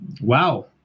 Wow